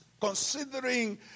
considering